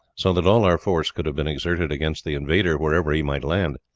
so that all our force could have been exerted against the invader wherever he might land,